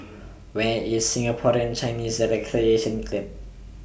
Where IS Singaporean Chinese Recreation Club